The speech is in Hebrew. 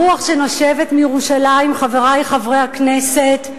הרוח שנושבת מירושלים, חברי חברי הכנסת,